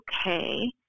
okay